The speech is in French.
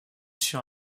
sur